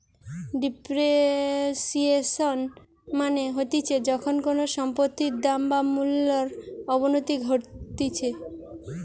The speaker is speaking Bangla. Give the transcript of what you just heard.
ডেপ্রিসিয়েশন মানে হতিছে যখন কোনো সম্পত্তির দাম বা মূল্যর অবনতি ঘটতিছে